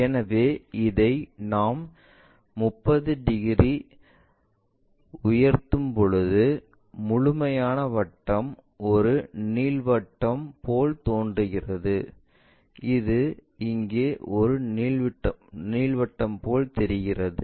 எனவே இதை நாம் 30 டிகிரி உயர்த்தும்போது முழுமையான வட்டம் ஒரு நீள்வட்டம் போல் தோன்றுகிறது இது இங்கே ஒரு நீள்வட்டம் போல் தெரிகிறது